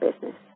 business